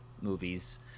movies